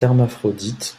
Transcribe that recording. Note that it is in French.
hermaphrodites